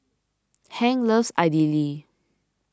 Hank loves Idili